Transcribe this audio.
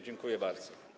Dziękuję bardzo.